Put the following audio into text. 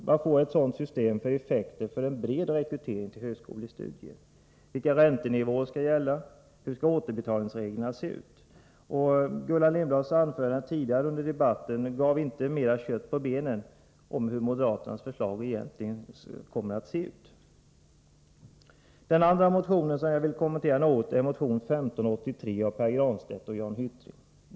Vad får ett sådant system för effekter för en bred rekrytering till högskolestudier? Vilka räntenivåer skall gälla? Hur skall återbetalningsreglerna se ut? Gullan Lindblads anförande tidigare under debatten gav inte mera kött på benen om hur moderaternas förslag egentligen kommer att se ut. Den andra motionen, som jag vill kommentera något, är motion 1583 av Pär Granstedt och Jan Hyttring.